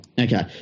Okay